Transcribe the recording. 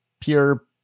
pure